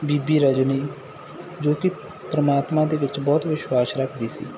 ਬੀਬੀ ਰਜਨੀ ਜੋ ਕਿ ਪਰਮਾਤਮਾ ਦੇ ਵਿੱਚ ਬਹੁਤ ਵਿਸ਼ਵਾਸ ਰੱਖਦੀ ਸੀ